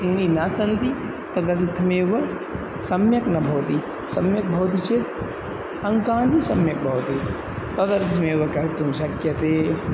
इति न सन्ति तदर्थमेव सम्यक् न भवति सम्यक् भवति चेत् अङ्कानि सम्यक् भवन्ति तदर्थमेव कर्तुं शक्यते